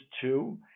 two